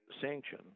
sanction